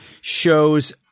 shows